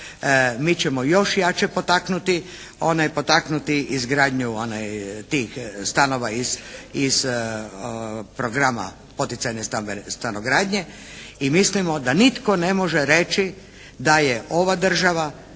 potaknuti one, potaknuti izgradnju tih stanova iz programa poticajne stanogradnje i mislimo da nitko ne može reći da je ova država